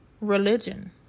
religion